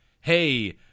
hey